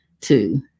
Two